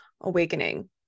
awakening